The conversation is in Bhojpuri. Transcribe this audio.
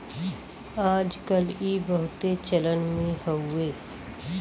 आज कल ई बहुते चलन मे हउवे